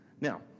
Now